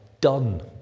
done